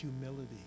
humility